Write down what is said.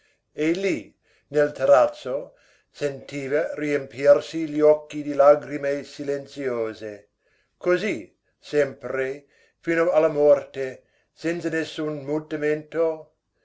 via e lì nel terrazzo sentiva riempirsi gli occhi di lagrime silenziose così sempre fino alla morte senza nessun mutamento